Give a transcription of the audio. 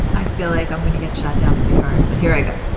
i feel like i'm going to get shot down pretty hard, but here i go.